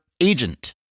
agent